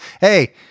Hey